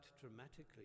dramatically